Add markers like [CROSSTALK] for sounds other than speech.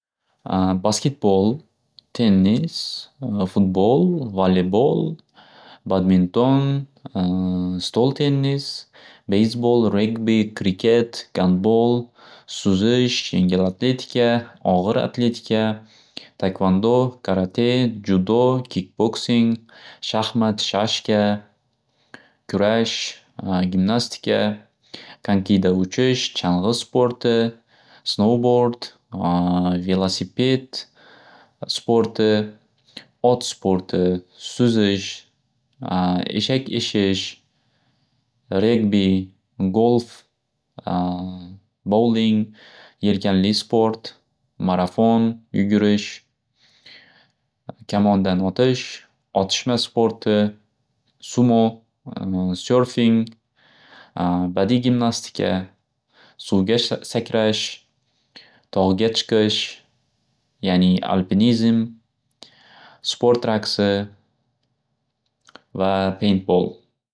Baskitbol, tennis, futbol, valeybol, badminton, [HESITATION] stol tennis, beyzbol, regbi, kriket, gandbol, suzish, yengil atletika, og'ir atletika, taykvando, karate, judo, kitboksing, shaxmat, shashka, kurash, gimnastika, kankida uchish, chang'i sporti, snovbort, velasiped sporti, ot sporti, suzish, eshak eshish, regbi, golf, [HESITATION] boling, yelkanli sport, marafon yugurish, kamondan otish, otishma sporti, sumuf, syorfing, badiiy gimnastika, suvga sakrash, tog'ga chiqish yani alpinizm, sport raqsi va pendbol.